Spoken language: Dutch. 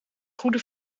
goede